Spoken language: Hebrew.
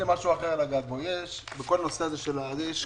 יש